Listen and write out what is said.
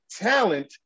talent